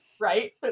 right